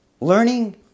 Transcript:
learning